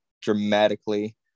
dramatically